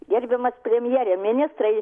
gerbiamas premjere ministrai